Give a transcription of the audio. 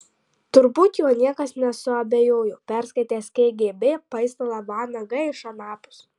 turbūt juo niekas nesuabejojo perskaitęs kgb paistalą vanagai iš anapus